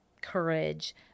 courage